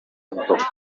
entlocken